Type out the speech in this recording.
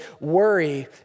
worry